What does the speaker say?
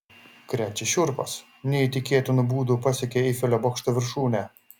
krečia šiurpas neįtikėtinu būdu pasiekė eifelio bokšto viršūnę